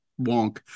wonk